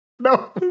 No